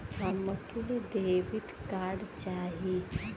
हमके debit card चाही?